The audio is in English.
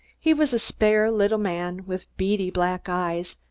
he was a spare little man, with beady black eyes,